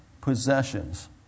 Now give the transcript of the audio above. possessions